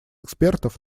экспертов